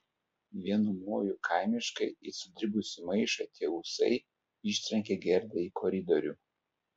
vienu moju kaimiškai it sudribusį maišą tie ūsai ištrenkė gerdą į koridorių